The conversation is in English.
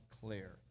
clear